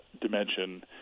dimension